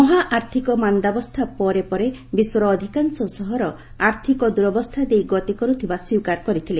ମହା ଆର୍ଥିକ ମାନ୍ଦାବସ୍ଥା ପରେ ପରେ ବିଶ୍ୱର ଅଧିକାଂଶ ସହର ଆର୍ଥିକ ଦୂରବସ୍ଥା ଦେଇ ଗତି କରୁଥିବା ସ୍ୱୀକାର କରିଥିଲେ